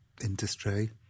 industry